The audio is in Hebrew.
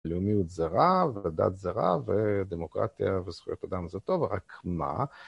לאומיות זרה, ודת זרה, ודמוקרטיה וזכויות אדם זה טוב, רק מה?